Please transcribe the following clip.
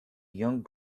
young